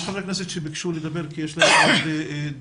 יש חברי כנסת שביקשו לדבר כי יש להם עוד דיונים,